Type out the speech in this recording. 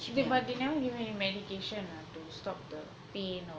but they never give you any medication ah to stop the pain or